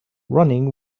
running